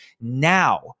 now